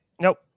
Nope